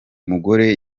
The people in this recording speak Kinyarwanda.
mugore